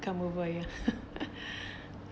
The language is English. come over ya